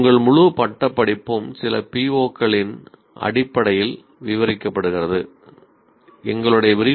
உங்கள் முழு பட்டப் படிப்பும் சில பி